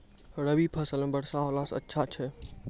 रवी फसल म वर्षा होला से अच्छा छै?